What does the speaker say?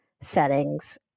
settings